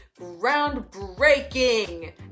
groundbreaking